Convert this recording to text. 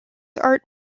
art